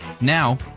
Now